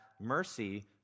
mercy